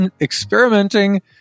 experimenting